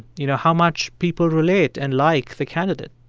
you know, how much people relate and like the candidate?